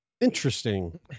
interesting